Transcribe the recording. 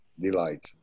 delight